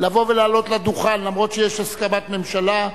ותועבר לוועדת החינוך להכנתה לקריאה ראשונה.